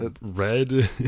red